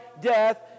death